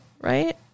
right